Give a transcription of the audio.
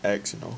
ex you know